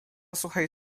suchej